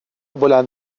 بلند